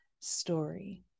story